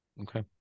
Okay